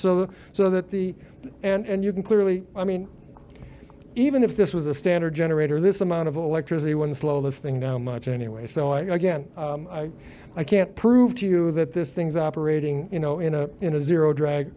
of so that the and you can clearly i mean even if this was a standard generator this amount of electricity ones lol this thing now much anyway so i can't i can't prove to you that this thing's operating you know in a in a zero drag